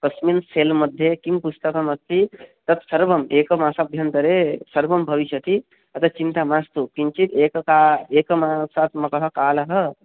कस्मिन् सेल् मध्ये किं पुस्तकमस्ति तत्सर्वम् एकमासभ्यन्तरे सर्वं भविष्यति अत चिन्ता मास्तु किञ्चित् एकः एकमासात्मकः कालः